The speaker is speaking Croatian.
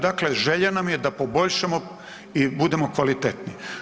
Dakle, želja nam je da poboljšamo i budemo kvalitetni.